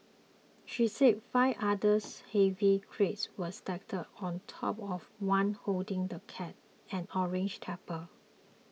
she said five others heavy crates were stacked on top of the one holding the cat an orange tab